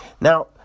Now